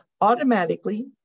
automatically